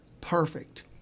perfect